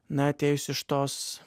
na atėjus iš tos